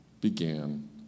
began